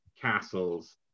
castles